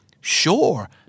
sure